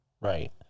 right